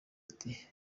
ati